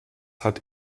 hat